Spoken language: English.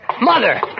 Mother